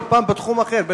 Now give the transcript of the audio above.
בכל פעם בתחום אחר,